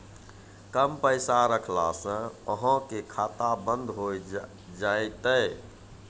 कम पैसा रखला से अहाँ के खाता बंद हो जैतै?